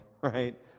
right